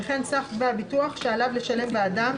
וכן סך דמי הביטוח שעליו לשלם בעדם,